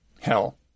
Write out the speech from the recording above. hell